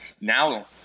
now